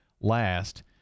last